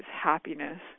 happiness